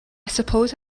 suppose